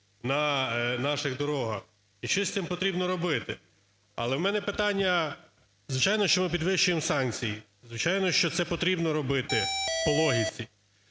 на наших дорогах. І щось з цим потрібно робити. Але в мене питання… звичайно, що ми підвищуємо санкції, звичайно, що це потрібно робити по логіці.